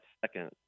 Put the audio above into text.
second